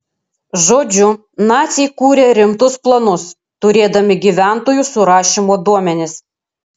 žodžiu naciai kūrė rimtus planus turėdami gyventojų surašymo duomenis